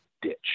ditch